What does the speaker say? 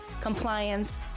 compliance